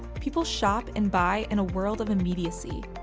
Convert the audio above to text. people shop and buy in a world of immediacy.